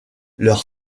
leur